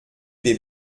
des